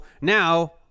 now